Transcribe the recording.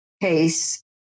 case